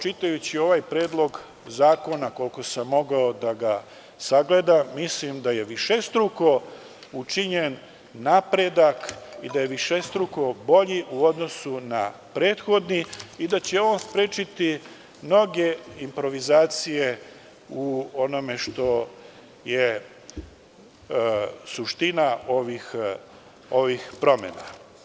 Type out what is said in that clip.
Čitajući ovaj predlog zakona, koliko sam mogao da ga sagledam, mislim da je višestruko učinjen napredak i da je višestruko bolji u odnosu na prethodni i da će on sprečiti mnoge improvizacije u onome što je suština ovih promena.